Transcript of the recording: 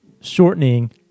shortening